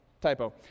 Typo